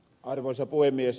arvoisa puhemies